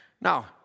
now